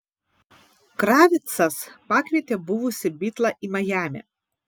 kravitcas pakvietė buvusį bitlą į majamį